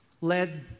led